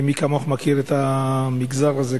ומי כמוך מכיר את המגזר הזה,